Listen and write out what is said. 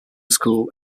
school